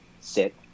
sit